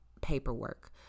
paperwork